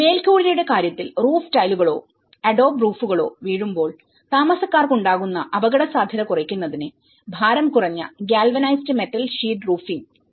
മേൽക്കൂരയുടെ കാര്യത്തിൽ റൂഫ് ടൈലുകളോഅഡോബ് റൂഫുകളോവീഴുമ്പോൾ താമസക്കാർക്ക് ഉണ്ടാവുന്ന അപകടസാധ്യത കുറയ്ക്കുന്നതിന് ഭാരം കുറഞ്ഞ ഗാൽവാനൈസ്ഡ് മെറ്റൽ ഷീറ്റ് റൂഫിംഗ്ഉണ്ട്